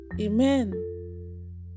Amen